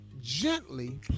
gently